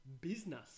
business